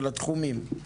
של התחומים?